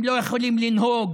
הם לא יכולים לנהוג,